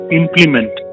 implement